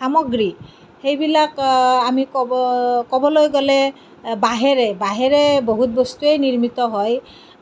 সামগ্ৰী সেইবিলাক আমি ক'ব ক'বলৈ গ'লে বাঁহেৰে বাঁহেৰে বহুত বস্তুয়েই নিৰ্মিত হয়